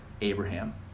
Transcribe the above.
Abraham